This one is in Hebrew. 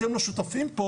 אתם לא שותפים פה